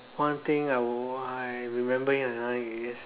one thing I why remembering another is